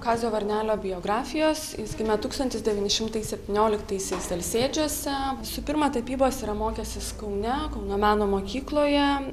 kazio varnelio biografijos jis gimė tūkstantis devyni šimtai septynioliktaisiais alsėdžiuose visų pirma tapybos yra mokęsis kaune kauno meno mokykloje